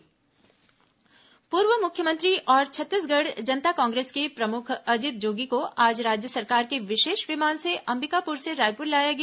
अजीत जोगी तबीयत पूर्व मुख्यमंत्री और छत्तीसगढ़ जनता कांग्रेस के प्रमुख अजित जोगी को आज राज्य सरकार के विशेष विमान से अंबिकापुर से रायपुर लाया गया